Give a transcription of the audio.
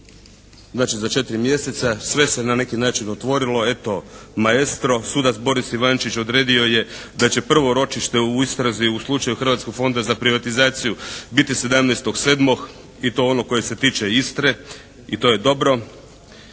znači za četiri mjeseca. Sve se na neki način otvorilo. Eto, "Maestro". Sudac Boris Ivančić odredio je da će prvo ročište u istrazi u slučaju Hrvatskog fonda za privatizaciju biti 17.7. i to ono koje se tiče Istre i to je dobro.